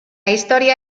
història